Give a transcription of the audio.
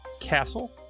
Castle